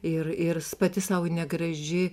ir ir pati sau negraži